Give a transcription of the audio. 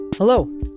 Hello